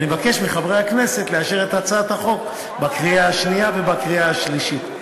אני מבקש מחברי הכנסת לאשר את הצעת החוק בקריאה שנייה ובקריאה שלישית.